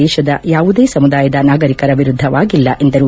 ದೇಶದ ಯಾವುದೇ ಸಮುದಾಯದ ನಾಗರಿಕರ ವಿರುದ್ದವಾಗಿಲ್ಲ ಎಂದರು